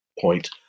point